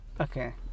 okay